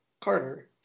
Carter